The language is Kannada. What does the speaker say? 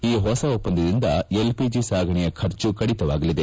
ಈ ಹೊಸ ಒಪ್ಪಂದದಿಂದ ಎಲ್ಪಿಜಿ ಸಾಗಣೆಯ ಖರ್ಚು ಕಡಿತವಾಗಲಿದೆ